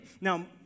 Now